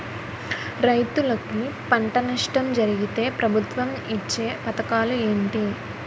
రైతులుకి పంట నష్టం జరిగితే ప్రభుత్వం ఇచ్చా పథకాలు ఏంటి?